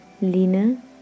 Lina